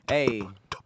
Hey